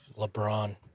LeBron